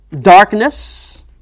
Darkness